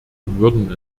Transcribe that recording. würden